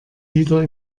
wieder